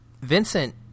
Vincent